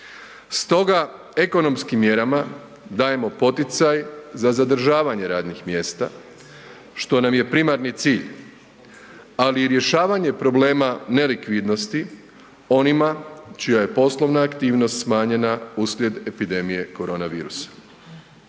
Stoga ekonomskim mjerama dajemo poticaj za zadržavanje radnih mjesta, što nam je primarni cilj, ali i rješavanje problema nelikvidnosti onima čija je poslovna aktivnost smanjena uslijed epidemije korona virusa.